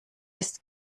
ist